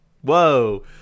whoa